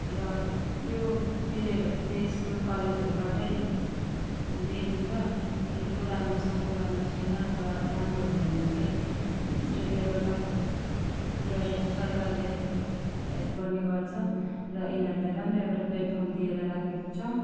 र यो प्लेयरहरू चाहिँ स्कुल कलेजहरूबाटै देखिन्छ कि को राम्रो छ को राम्रो छैन र राम्रो हुनेहरूलाई चाहिँ स्टेट लेभेल तक पुऱ्याएर चाहिँ सरकारले हेल्प गर्ने गर्छ र यिनीहरूलाई राम्रो एउटा प्ल्याटफर्म दिएर राखेको छ